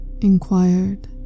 inquired